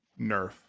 nerf